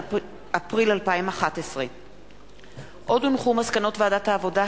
אפריל 2011. מסקנות ועדת העבודה,